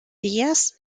días